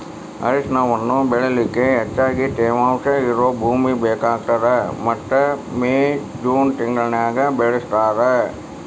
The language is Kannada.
ಅರಿಶಿಣವನ್ನ ಬೆಳಿಲಿಕ ಹೆಚ್ಚಗಿ ತೇವಾಂಶ ಇರೋ ಭೂಮಿ ಬೇಕಾಗತದ ಮತ್ತ ಮೇ, ಜೂನ್ ತಿಂಗಳನ್ಯಾಗ ಬೆಳಿಸ್ತಾರ